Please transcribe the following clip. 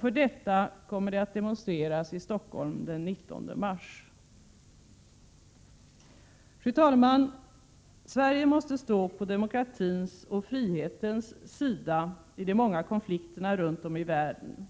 För detta kommer det att demonstreras i Stockholm den 19 mars. Fru talman! Sverige måste stå på demokratins och frihetens sida i de många konflikterna runt om i världen.